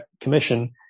commission